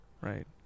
Right